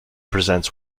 presents